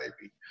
baby